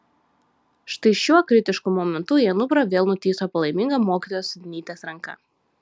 štai šiuo kritišku momentu į anuprą vėl nutįso palaiminga mokytojos sudnytės ranka